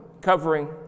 covering